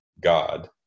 God